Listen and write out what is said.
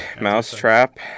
Mousetrap